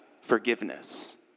forgiveness